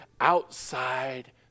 outside